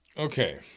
Okay